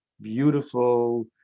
beautiful